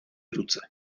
ruce